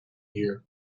year